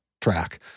track